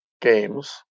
games